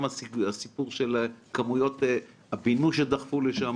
גם הסיפור של כמויות הבינוי שדחפו לשם,